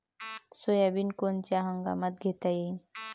Soybean कोनच्या हंगामात घेता येईन?